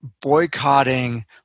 boycotting